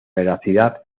veracidad